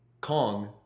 Kong